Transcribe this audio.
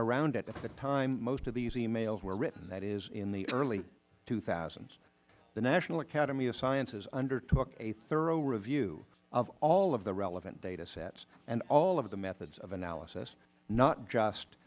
around it at the time most of these e mails were written that is in the early s the national academy of sciences undertook a thorough review of all of the relevant data sets and all of the methods of analysis not just